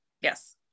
Yes